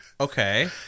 Okay